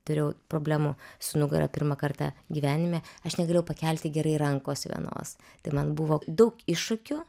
turėjau problemų su nugara pirmą kartą gyvenime aš negalėjau pakelti gerai rankos vienos tai man buvo daug iššūkių